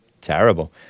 Terrible